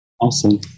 Awesome